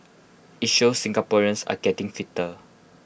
IT shows Singaporeans are getting fitter